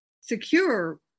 secure